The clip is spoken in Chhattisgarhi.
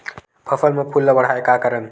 फसल म फूल ल बढ़ाय का करन?